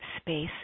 space